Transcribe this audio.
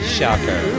Shocker